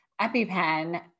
EpiPen